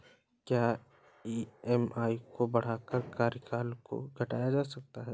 क्या ई.एम.आई को बढ़ाकर कार्यकाल को घटाया जा सकता है?